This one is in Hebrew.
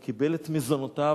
הוא קיבל את מזונותיו,